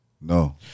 No